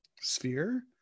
sphere